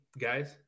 guys